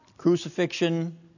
Crucifixion